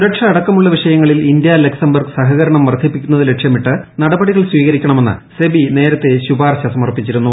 സുരക്ഷ അടക്കമുള്ള വിഷയങ്ങളിൽ ഇന്ത്യ ലക്സംബർഗ് സഹകരണം വർധിപ്പിക്കുന്നത് ലക്ഷ്യമിട്ട് നടപടികൾ സ്വീകരിക്കണമെന്ന് സെബി നേരത്തെ ശിപാർശ സമർപ്പിച്ചിരുന്നു